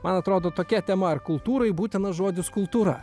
man atrodo tokia tema ar kultūrai būtinas žodis kultūra